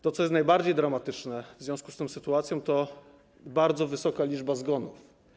To, co jest najbardziej dramatyczne w związku z tą sytuacją, to bardzo wysoka liczba zgonów.